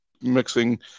mixing